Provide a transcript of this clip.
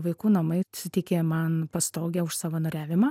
vaikų namai suteikė man pastogę už savanoriavimą